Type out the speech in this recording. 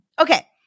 Okay